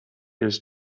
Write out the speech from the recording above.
his